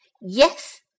Yes